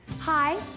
Hi